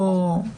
בואו,